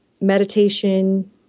meditation